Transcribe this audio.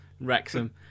Wrexham